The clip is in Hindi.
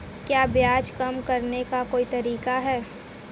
क्या ब्याज कम करने का कोई तरीका है?